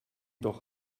doch